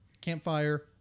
Campfire